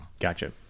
Gotcha